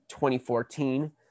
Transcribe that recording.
2014